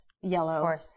yellow